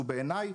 בעיניי,